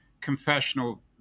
confessional